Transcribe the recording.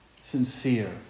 Sincere